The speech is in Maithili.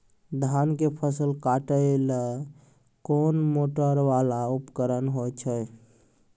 धान के फसल काटैले कोन मोटरवाला उपकरण होय छै?